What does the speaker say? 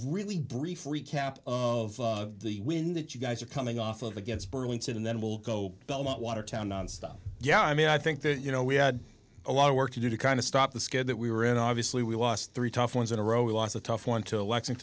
really brief recap of the win that you guys are coming off of against burlington and then we'll go watertown nonstop yeah i mean i think that you know we had a lot of work to do to kind of stop the skid that we were in obviously we lost three tough ones in a row we lost a tough one to le